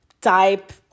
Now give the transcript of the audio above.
type